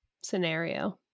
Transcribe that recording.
scenario